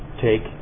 take